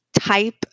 type